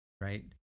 right